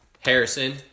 Harrison